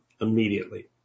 immediately